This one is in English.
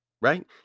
right